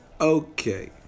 Okay